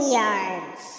yards